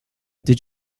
did